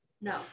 No